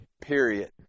period